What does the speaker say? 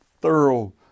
thorough